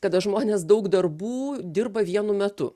kada žmonės daug darbų dirba vienu metu